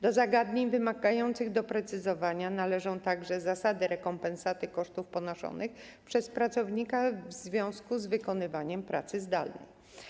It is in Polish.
Do zagadnień wymagających doprecyzowania należą także zasady rekompensaty kosztów ponoszonych przez pracownika w związku z wykonywaniem pracy zdalnej.